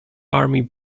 army